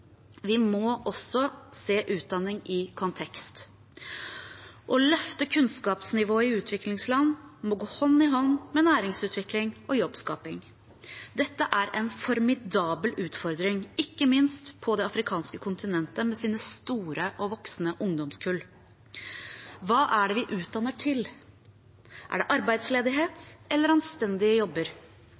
Vi må også se utdanning i kontekst. Å løfte kunnskapsnivået i utviklingsland må gå hånd i hånd med næringsutvikling og jobbskaping. Dette er en formidabel utfordring, ikke minst på det afrikanske kontinentet, med sine store og voksende ungdomskull. Hva er det vi utdanner til? Er det arbeidsledighet eller anstendige jobber?